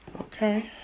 Okay